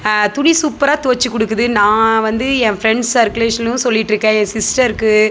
துணி சூப்பரா தோய்ச்சு கொடுக்குது வந்து என் ஃப்ரெண்ட்ஸ் சர்குலேஷன்லையும் சொல்லிகிட்டுருக்கேன் என் சிஸ்டர்க்கு